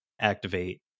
activate